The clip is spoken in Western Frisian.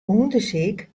ûndersyk